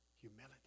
Humility